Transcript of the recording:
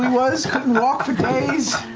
was, couldn't walk for days.